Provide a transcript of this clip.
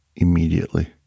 Immediately